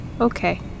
Okay